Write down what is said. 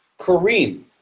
Kareem